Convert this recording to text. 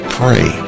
pray